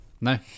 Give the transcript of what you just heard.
no